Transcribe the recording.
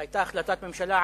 והיתה החלטת ממשלה,